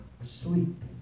Asleep